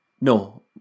no